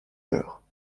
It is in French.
l’heure